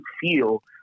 feel